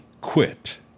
quit